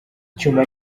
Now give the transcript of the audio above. icyuma